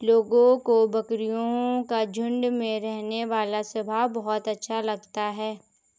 लोगों को बकरियों का झुंड में रहने वाला स्वभाव बहुत अच्छा लगता है